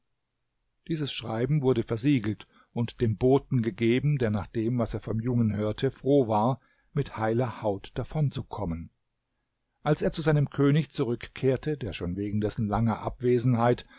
dieses schreiben wurde versiegelt und dem boten gegeben der nach dem was er vom jungen hörte froh war mit heiler haut davon zu kommen als er zu seinem könig zurückkehrte der schon wegen dessen langer abwesenheit